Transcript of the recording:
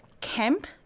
camp